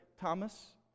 Thomas